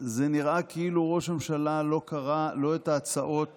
זה נראה כאילו ראש הממשלה לא קרא את ההצעות